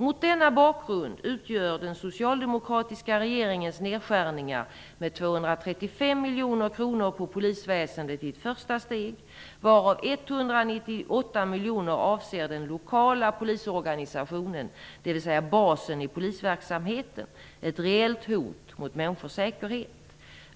Mot denna bakgrund utgör den socialdemokratiska regeringens nedskärningar med 235 miljoner kronor på polisväsendet ett första steg, varav 198 miljoner avser den lokala polisorganisationen, dvs. basen i polisverksamheten, ett reellt hot mot människors säkerhet.